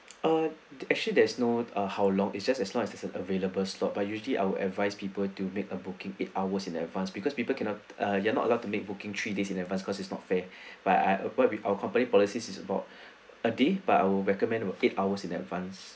uh actually there's no ah how long it's just as long as it's an available slot but usually I'll advise people to make a booking eight hours in advance because people cannot ah you're not allowed to make booking three days in advance because it's not fair but I uh with our company policies is about a day but I recommend about eight hours in advance